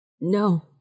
No